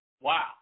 Wow